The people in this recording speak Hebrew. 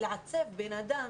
לעצב בן-אדם,